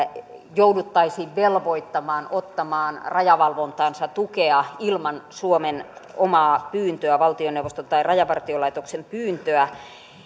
jouduttaisiin velvoittamaan ottamaan rajavalvontaansa tukea ilman suomen omaa pyyntöä valtioneuvoston tai rajavartiolaitoksen pyyntöä